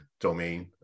domain